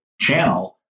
channel